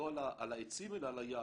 לא על העצים אלא על היער.